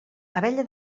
abella